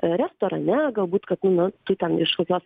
restorane galbūt kad na tu ten iš kokios